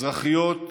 אזרחיות,